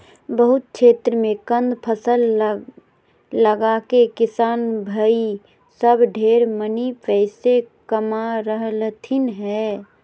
बहुत क्षेत्र मे कंद फसल लगाके किसान भाई सब ढेर मनी पैसा कमा रहलथिन हें